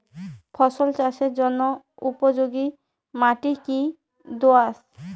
ফসল চাষের জন্য উপযোগি মাটি কী দোআঁশ?